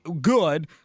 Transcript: good